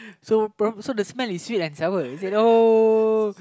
so so the smell is sweet and sour oh